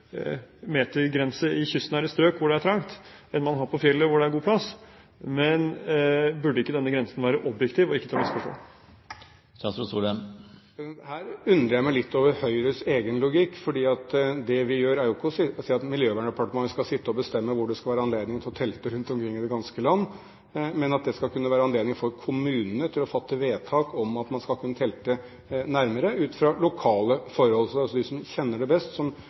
metergrense i kystnære strøk, der det er trangt, enn man har på fjellet, der det er god plass. Men burde ikke denne grensen være objektiv og ikke til å misforstå? Her undrer jeg meg litt over Høyres egen logikk, for det vi gjør, er jo ikke å si at Miljøverndepartementet skal sitte og bestemme hvor det skal være anledning til å telte rundt omkring i det ganske land, men at det skal kunne være anledning for kommunene til å fatte vedtak ut fra lokale forhold om at man skal kunne telte nærmere. Så det er altså de som kjenner forholdene best